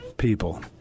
people